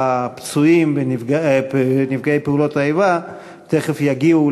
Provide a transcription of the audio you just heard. הפצועים ונפגעי פעולות האיבה תכף יגיעו